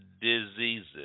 diseases